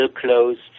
closed